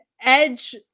Edge